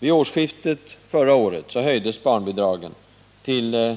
Vid det senaste årsskiftet höjdes barnbidragen till